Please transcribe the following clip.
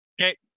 okay